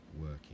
working